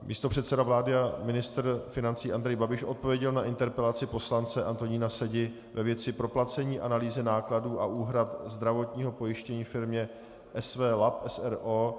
Místopředseda vlády a ministr financí Andrej Babiš odpověděl na interpelaci poslance Antonína Sedi ve věci proplacení analýzy nákladů a úhrad zdravotního pojištění firmě SW Lab, s.r.o.